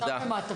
תודה רבה.